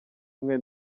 umwe